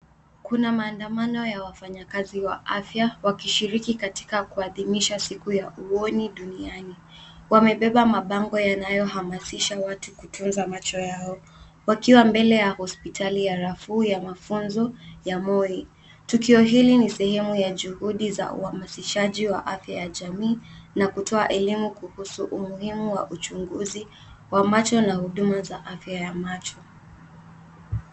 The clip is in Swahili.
Kuna maandamano ya wafanyakazi wa afya wakishiriki kuadhimisha siku ya uoni duniani. Wamebeba mabango yanayohamasisha watu kutunza macho yao, wakiwa mbele ya hosipitali ya rafuu ya mafunzo ya Moi. Tukio hili ni sehemu ya juhudi za uhamasishaji wa afya ya jamii na kutoa elimu kuhusu umuhimu wa uchunguzi wa macho na huduma za afya ya macho